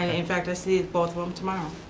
ah in fact i see both of them tomorrow.